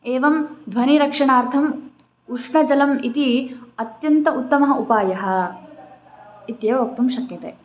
एवं ध्वनिरक्षणार्थम् उष्णजलम् इति अत्यन्त उत्तमः उपायः इत्येव क्तुं शक्यते